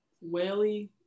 Whaley